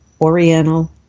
oriental